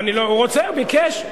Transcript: רוצה, ביקש.